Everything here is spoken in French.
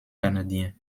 canadiens